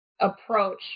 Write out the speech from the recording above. approach